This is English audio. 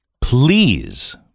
Please